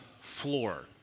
floor